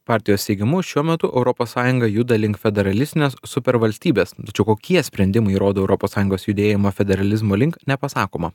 partijos teigimu šiuo metu europos sąjunga juda link federalistinės supervalstybės tačiau kokie sprendimai rodo europos sąjungos judėjimą federalizmo link nepasakoma